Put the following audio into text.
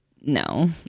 no